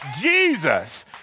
Jesus